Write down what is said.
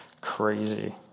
Crazy